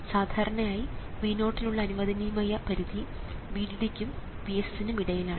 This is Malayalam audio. സാധാരണയായി V0 നുള്ള അനുവദനീയമായ പരിധി VDD ക്കും VSS നും ഇടയിലാണ്